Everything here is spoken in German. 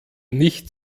nicht